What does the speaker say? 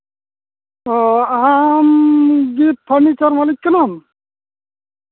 ᱚᱻ ᱟᱢᱜᱮ ᱯᱷᱟᱨᱱᱤᱪᱟᱨ ᱢᱟᱹᱞᱤᱠ ᱠᱟᱱᱟᱢ